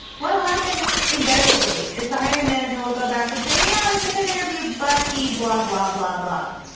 what will happen invariably is the hiring manager will go back and say he yeah has a good interview, but he blah, blah, blah, blah,